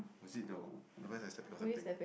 was it though I remember its like stepped on something